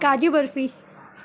kaju barfi